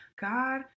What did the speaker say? God